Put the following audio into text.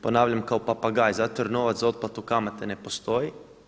Ponavljam kao papagaj, zato jer novac za otplatu kamate ne postoji.